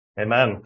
Amen